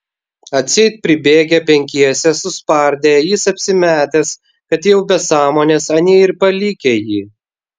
atseit pribėgę penkiese suspardę jis apsimetęs kad jau be sąmonės anie ir palikę jį